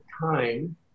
time